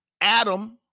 Adam